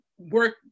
work